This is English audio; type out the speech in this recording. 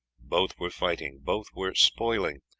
both were fighting, both were spoiling,